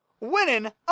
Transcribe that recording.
winning